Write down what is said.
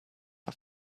are